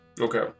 Okay